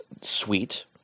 sweet